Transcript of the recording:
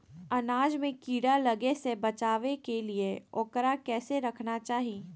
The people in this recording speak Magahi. अनाज में कीड़ा लगे से बचावे के लिए, उकरा कैसे रखना चाही?